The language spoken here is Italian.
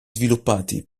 sviluppati